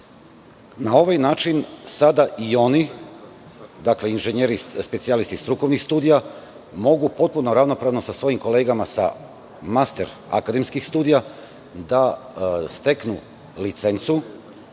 ovaj način sada i oni, dakle, inženjeri specijalisti strukovnih studija, mogu potpuno ravnopravno sa svojim kolegama master akademskih studija da steknu licencu